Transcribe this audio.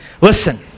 Listen